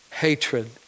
Hatred